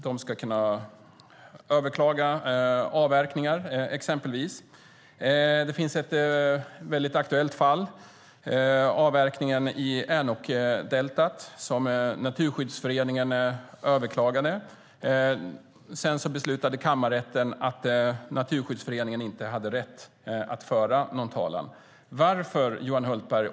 De ska kunna överklaga exempelvis avverkningar. Det finns ett mycket aktuellt fall, nämligen avverkningen i Änokdeltat som Naturskyddsföreningen överklagade. Sedan beslutade kammarrätten att Naturskyddsföreningen inte hade rätt att föra talan.